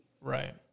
Right